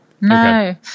No